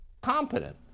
Competent